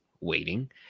waiting